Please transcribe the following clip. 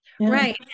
Right